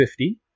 50